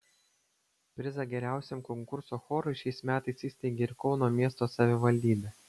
prizą geriausiam konkurso chorui šiais metais įsteigė ir kauno miesto savivaldybė